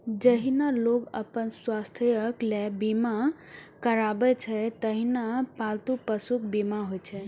जहिना लोग अपन स्वास्थ्यक लेल बीमा करबै छै, तहिना पालतू पशुक बीमा होइ छै